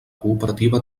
cooperativa